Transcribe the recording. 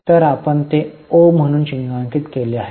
तर आपण ते ओ म्हणून चिन्हांकित केले आहे